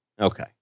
Okay